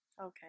okay